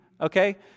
okay